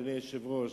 אדוני היושב-ראש,